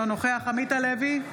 אינו נוכח עמית הלוי,